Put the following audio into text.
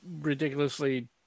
ridiculously